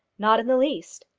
not in the least.